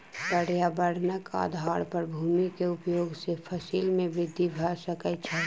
पर्यावरणक आधार पर भूमि के उपयोग सॅ फसिल में वृद्धि भ सकै छै